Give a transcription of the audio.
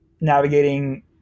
navigating